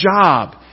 job